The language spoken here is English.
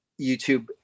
YouTube